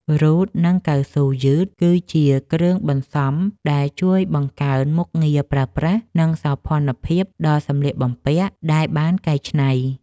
រ៉ូត និងកៅស៊ូយឺត គឺជាគ្រឿងបន្សំដែលជួយបង្កើនមុខងារប្រើប្រាស់ និងសោភ័ណភាពដល់សម្លៀកបំពាក់ដែលបានកែច្នៃ។